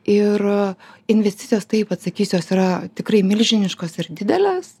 ir investicijos taip atakysiu jos yra tikrai milžiniškos ir didelės